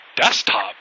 desktop